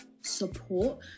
support